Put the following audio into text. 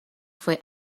fue